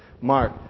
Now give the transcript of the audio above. Mark